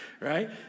right